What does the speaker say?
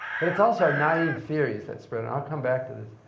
but it's also a naive theory that spread, and i'll come back to this.